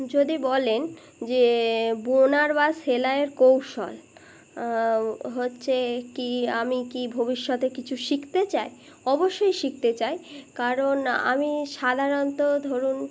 যদি বলেন যে বোনার বা সেলাইয়ের কৌশল হচ্ছে কি আমি কি ভবিষ্যতে কিছু শিখতে চাই অবশ্যই শিখতে চাই কারণ আমি সাধারণত ধরুন